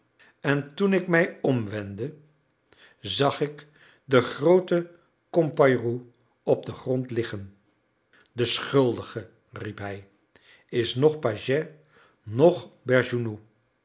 en toen ik mij omwendde zag ik den grooten compayrou op den grond liggen de schuldige riep hij is noch pagès noch